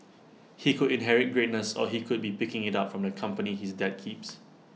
he could inherit greatness or he could be picking IT up from the company his dad keeps